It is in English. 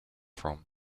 from